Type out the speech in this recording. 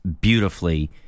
beautifully